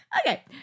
Okay